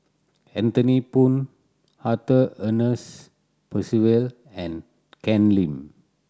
Anthony Poon Arthur Ernest Percival and Ken Lim